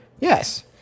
yes